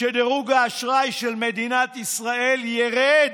שדירוג האשראי של מדינת ישראל ירד,